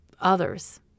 others